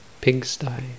pigsty